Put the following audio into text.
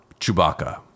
Chewbacca